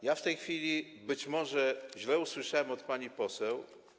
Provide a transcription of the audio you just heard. Ja w tej chwili być może źle usłyszałem od pani poseł.